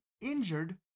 injured